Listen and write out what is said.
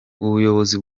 ubuyobozi